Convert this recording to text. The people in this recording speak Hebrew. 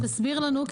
אז תסביר לנו.